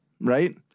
Right